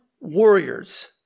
warriors